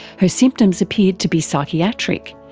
her symptoms appeared to be psychiatric,